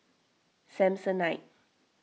Samsonite